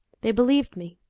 they believed me.